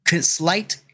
slight